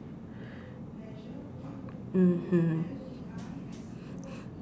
mmhmm